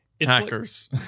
hackers